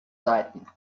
seiten